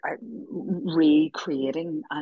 recreating